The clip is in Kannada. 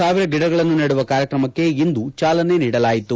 ಸಾವಿರ ಗಿಡಗಳನ್ನು ನೆಡುವ ಕಾರ್ಯಕ್ರಮಕ್ಕೆ ಇಂದು ಚಾಲನೆ ನೀಡಲಾಯಿತು